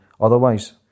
otherwise